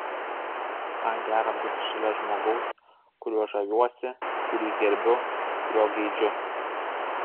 man gera būti šalia žmogaus kuriuo žaviuosi kurį gerbiu kurio geidžiu